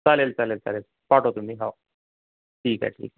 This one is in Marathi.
चालेल चालेल चालेल पाठवतो मी हो ठीक आहे ठीक आहे